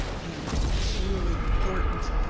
and really important